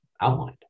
outlined